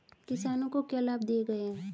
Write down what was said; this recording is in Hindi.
किसानों को क्या लाभ दिए गए हैं?